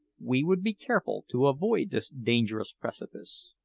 we would be careful to avoid this dangerous precipice.